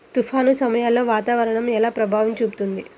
తుఫాను సమయాలలో వాతావరణం ఎలా ప్రభావం చూపుతుంది?